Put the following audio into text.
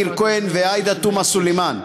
מאיר כהן ועאידה תומא סלימאן.